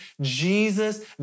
Jesus